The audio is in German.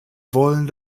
wollen